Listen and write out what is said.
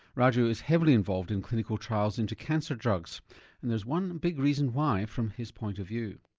raju is heavily involved in clinical trials into cancer drugs and there's one big reason why from his point of view.